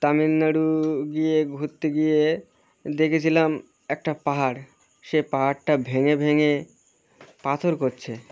তামিলনাড়ু গিয়ে ঘুুরতেে গিয়ে দেখেছিলাম একটা পাহাড় সে পাহাড়টা ভেঙে ভেঙে পাথর করছে